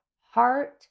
heart